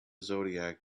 zodiac